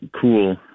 cool